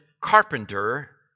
carpenter